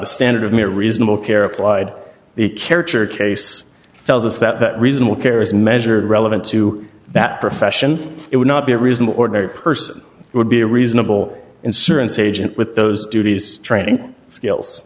the standard of mere reasonable care applied the character case tells us that reasonable care is measured relevant to that profession it would not be a reasonable ordinary person would be a reasonable insurgents agent with those duties training skills